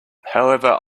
however